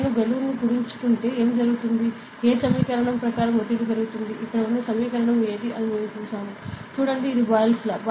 నేను బెలూన్ను కుదించుకుంటే ఏమి జరుగుతుందో ఏ సమీకరణం ప్రకారం ఒత్తిడి పెరుగుతుంది ఇక్కడ ఉన్న సమీకరణం ఏది అని మేము చూశాము చూడండి ఇది బాయిల్ law